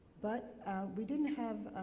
but we didn't have